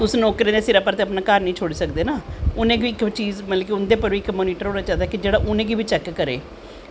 तुस नौकरैं दै सिरे पर अपनां घर नी छोड़ी सकनें ना मतलव उंदे पर बी इक मोनिटर होनां चाही दा कि जेह्ड़ा उनेंगी बी चैक्क करै